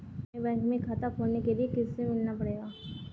हमे बैंक में खाता खोलने के लिए किससे मिलना पड़ेगा?